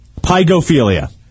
Pygophilia